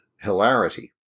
hilarity